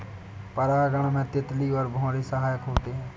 परागण में तितली और भौरे सहायक होते है